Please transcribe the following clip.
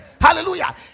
Hallelujah